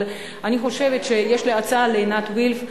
אבל יש לי הצעה לעינת וילף,